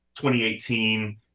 2018